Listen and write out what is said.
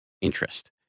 interest